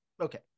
okay